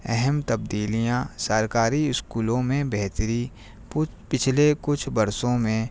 اہم تبدیلیاں سرکاری اسکولوں میں بہتری پچھلے کچھ برسوں میں